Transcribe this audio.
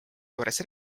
juures